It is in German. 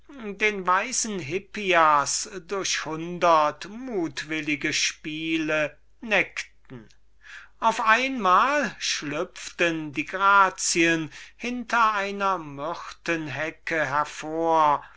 den weisen hippias durch hundert mutwillige spiele neckten auf einmal schlupften die grazien hinter einer myrtenhecke hervor